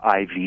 IV